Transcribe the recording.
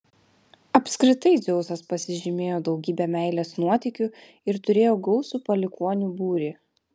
apskritai dzeusas pasižymėjo daugybe meilės nuotykių ir turėjo gausų palikuonių būrį